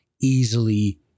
easily